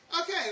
Okay